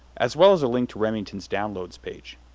as well as a link to remington's downloads page.